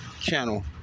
channel